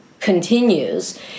continues